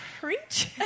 Preach